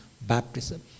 baptism